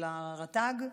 של הרט"ג,